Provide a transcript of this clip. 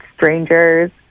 strangers